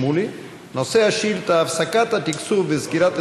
היום י"ג בחשוון התשע"ט,